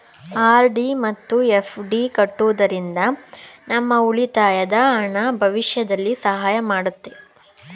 RD ಮತ್ತು FD ಕಟ್ಟುವುದರಿಂದ ನಮ್ಮ ಉಳಿತಾಯದ ಹಣ ಭವಿಷ್ಯದಲ್ಲಿ ಸಹಾಯ ಮಾಡುತ್ತೆ